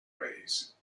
ways